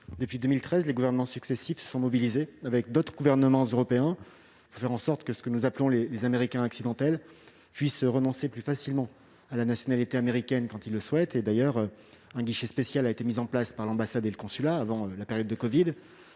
depuis 2013, les gouvernements successifs se sont mobilisés, avec d'autres gouvernements européens, pour faire en sorte que ceux que nous appelons les Américains accidentels puissent renoncer plus facilement à la nationalité américaine quand ils le souhaitent. Un guichet spécial a d'ailleurs été mis en place par l'ambassade et le consulat avant la période de covid